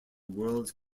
world